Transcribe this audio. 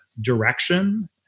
direction